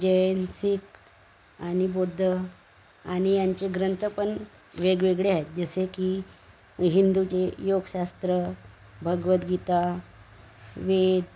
जैन शीख आणि बौद्ध आणि यांचे ग्रंथ पण वेगवेगळे आहेत जसे की हिंदूंचे योगशास्त्र भगवद्गीता वेद